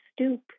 stoop